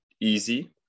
easy